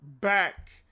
back